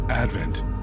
Advent